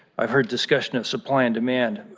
i've heard discussion of supply and demand.